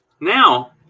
now